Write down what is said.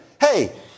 hey